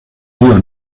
río